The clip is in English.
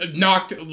knocked